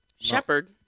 shepherd